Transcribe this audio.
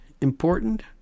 important